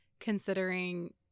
considering